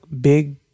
big